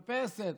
מרפסת,